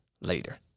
later